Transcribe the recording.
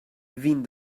vint